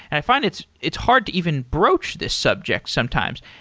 and i find it's it's hard to even broach this subject sometimes.